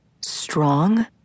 Strong